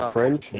French